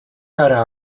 gara